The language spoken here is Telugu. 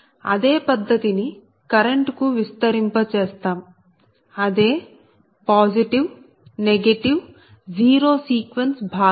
అదే పద్ధతి ని కరెంట్ కు వర్తింప చేస్తాం అదే పాజిటివ్ నెగిటివ్ జీరో సీక్వెన్స్ భాగం